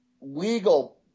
legal